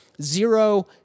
Zero